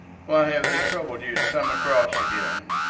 why have they troubled you to come across again?